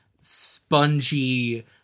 spongy